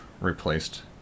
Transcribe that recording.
replaced